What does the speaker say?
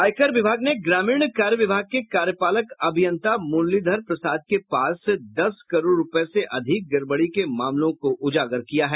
आयकर विभाग ने ग्रामीण कार्य विभाग के कार्यपालक अभियंता मुरलीधर प्रसाद के पास से दस करोड़ रूपये से अधिक गड़बड़ी के मामले का उजागर किया है